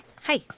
hi